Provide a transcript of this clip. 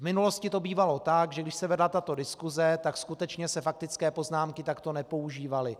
V minulosti to bývalo tak, že když se vedla tato diskuse, tak skutečně se faktické poznámky takto nepoužívaly.